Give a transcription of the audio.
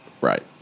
Right